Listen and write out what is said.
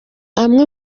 amwe